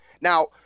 Now